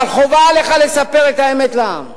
אבל חובה עליך לספר את האמת לעם,